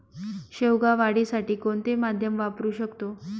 शेवगा वाढीसाठी कोणते माध्यम वापरु शकतो?